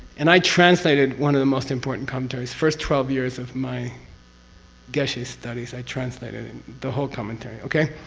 and i translated one of the most important commentaries. first twelve years of my geshe studies i translated it, the whole commentary. okay?